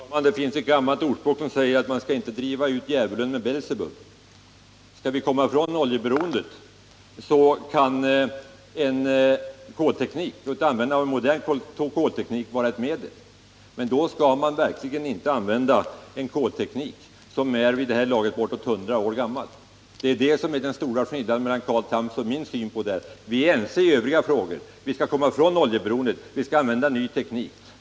Herr talman! Det finns ett gammalt ordspråk som säger: Man skall inte driva ut djävulen med Belsebub. Skall vi komma ifrån oljeberoendet kan användandet av modern kolteknik vara ett medel. Men då skall man verkligen inte använda en kolteknik som vid det här laget är bortåt hundra år gammal. Det är det som är den stora skillnaden mellan Carl Thams och min syn på den här frågan. Vi är ense i övriga frågor. Vi skall komma ifrån oljeberoendet, och vi skall använda ny teknik.